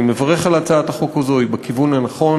אני מברך על הצעת החוק הזאת, היא בכיוון הנכון.